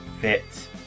fit